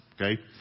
okay